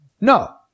No